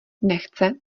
nechce